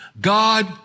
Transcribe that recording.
God